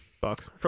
Bucks